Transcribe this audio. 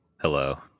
Hello